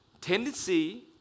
tendency